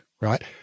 right